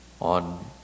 on